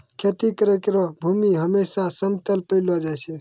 खेती करै केरो भूमि हमेसा समतल पैलो जाय छै